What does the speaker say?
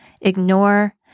ignore